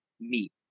meet